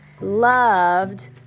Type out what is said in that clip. loved